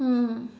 mm